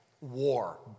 war